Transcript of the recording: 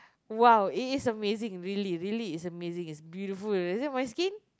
!wow! it is amazing really really it's amazing it's beautiful you see my skin